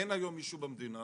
אין היום מישהו במדינה